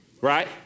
right